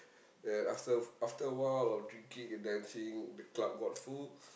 then after after a while of drinking and dancing the club got full